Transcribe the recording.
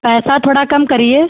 पैसा थोड़ा कम करिए